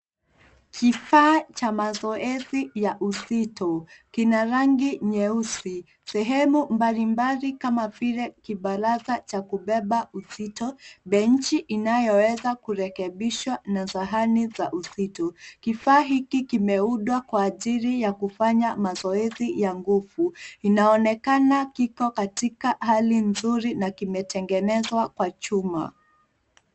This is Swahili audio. Kifaa cha mazoezi cha uzito kina rangi nyeusi, sehemu mbalimbali kama vile kibaraza cha kubeba uzito, benchi inayoweza kurekebishwa na sahani za uzito. Kifaa hiki kimeundwa kwa ajili ya kufanya mazoezi ya nguvu. Inaonekana kiko katika hali nzuri na kimetengenezwa kwa chuma.